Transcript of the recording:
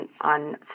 on